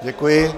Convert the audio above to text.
Děkuji.